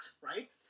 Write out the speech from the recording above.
right